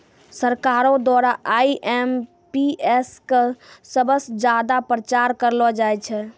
सरकारो द्वारा आई.एम.पी.एस क सबस ज्यादा प्रचार करलो जाय छै